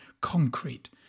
concrete